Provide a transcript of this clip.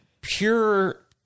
pure